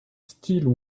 still